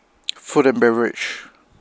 food and beverage